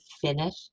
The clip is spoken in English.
finish